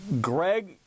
Greg